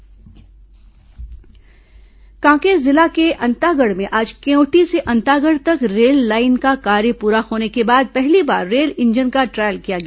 rail engine trial Kanker जिला के अंतागढ़ में आज केवंटी से अंतागढ़ तक रेल लाइन का कार्य पूरा होने के बाद पहली बार रेल इंजन का ट्रायल किया गया